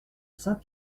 saint